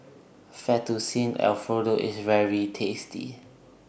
Fettuccine Alfredo IS very tasty